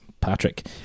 Patrick